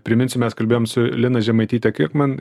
priminsim mes kalbėjom su lina žemaityte kirkman ir